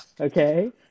Okay